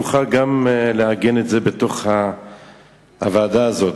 תוכל לעגן את זה בתוך הוועדה הזאת.